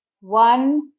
One